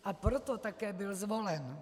A proto také byl zvolen.